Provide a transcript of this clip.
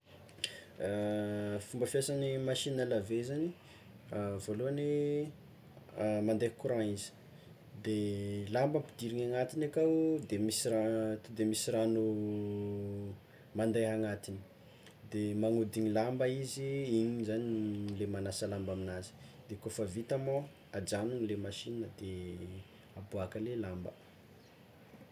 Fomba fiasan'ny machine à laver zagny, voalohany mande courant izy de lamba ampidiriny agnatiny akao de misy ra- de misy ragno mande agnatiny de magnodigny lamba izy igny zagny le magnasa lamba aminazy kôfa vita moa de ajanony le machine de aboaka le lamba.